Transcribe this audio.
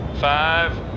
five